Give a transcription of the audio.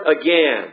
again